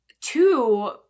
two